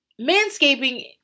manscaping